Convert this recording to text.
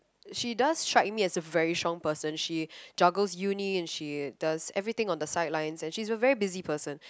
she does strike me as a very strong person she juggles uni and she does everything on the sidelines and she's a very busy person